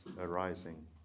arising